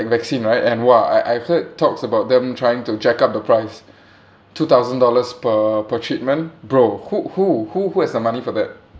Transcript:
vaccine right and !wah! I I heard talks about them trying to jack up the price two thousand dollars per per treatment bro who who who who has the money for that